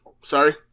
Sorry